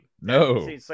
no